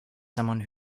someone